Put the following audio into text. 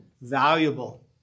valuable